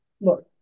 look